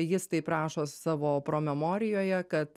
jis taip rašo savo promemorijoje kad